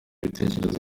bitekerezo